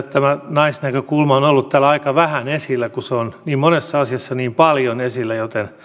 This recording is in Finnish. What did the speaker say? naisnäkökulma on ollut täällä aika vähän esillä kun se on niin monessa asiassa niin paljon esillä joten tähän olisi toivonut